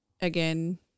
again